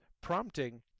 prompting